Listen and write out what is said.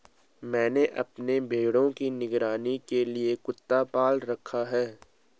मैंने अपने भेड़ों की निगरानी के लिए कुत्ता पाल रखा है